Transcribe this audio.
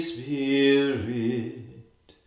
Spirit